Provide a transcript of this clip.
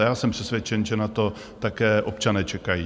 A já jsem přesvědčen, že na to také občané čekají.